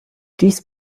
dies